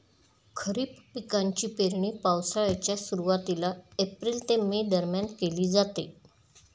खरीप पिकांची पेरणी पावसाळ्याच्या सुरुवातीला एप्रिल ते मे दरम्यान केली जाते